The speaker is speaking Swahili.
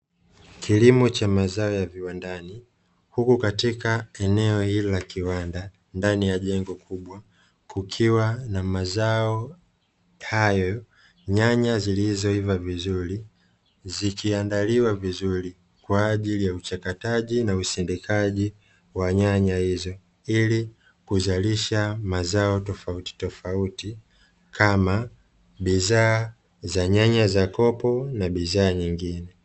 Kilimo cha mazao kiwandani. Huku katika eneo hilo la kiwanda ndani ya jengo kubwa kukiwa na mazao hayo, nyanya zilizoiva vizuri zikiandaliwa vizuri kwa ajili ya uchakataji na usindikaji wa nyanya hizo ili kuzalisha mazao tofautitofauti; kama bidhaa za nyanya za kopo na bidhaa nyingine.